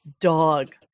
dog